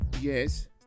Yes